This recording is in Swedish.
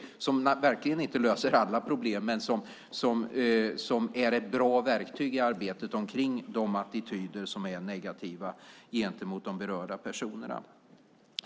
Det löser verkligen inte alla problem, men det är ett bra verktyg i arbetet med de attityder som är negativa gentemot de berörda personerna.